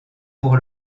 pour